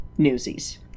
Newsies